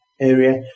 area